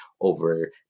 over